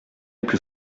plus